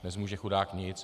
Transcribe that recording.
Nezmůže chudák nic!